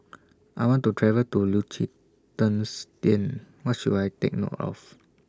I want to travel to Liechtenstein What should I Take note of